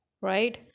right